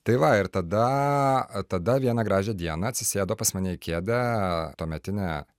tai va ir tada tada vieną gražią dieną atsisėdo pas mane į kėdę tuometinė